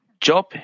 Job